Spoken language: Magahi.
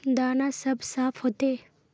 दाना सब साफ होते?